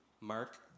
Mark